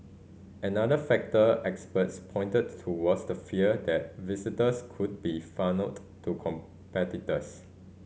another factor experts pointed to was the fear that visitors could be funnelled to competitors